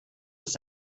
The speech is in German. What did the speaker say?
ist